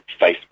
Facebook